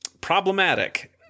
problematic